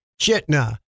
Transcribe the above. Chitna